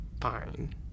Fine